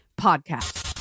Podcast